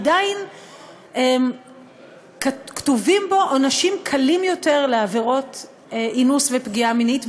עדיין כתובים עונשים קלים יותר לעבירות אינוס ופגיעה מינית,